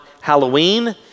Halloween